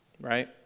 Right